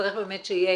צריך שיהיה